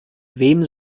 wem